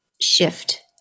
shift